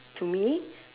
to me